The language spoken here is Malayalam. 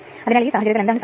R 2 0